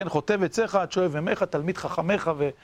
חוטב עציך, שואב מימיך, תלמיד חכמך ו...